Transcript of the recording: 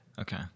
Okay